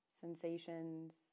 sensations